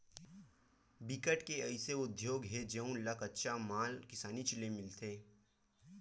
बिकट के अइसे उद्योग हे जउन ल कच्चा माल किसानीच ले मिलथे